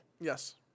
Yes